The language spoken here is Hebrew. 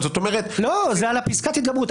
לא פוגשת יד אחות.